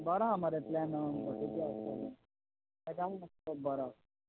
बरो आसा मरे प्लेन येसकोन जातलो बरो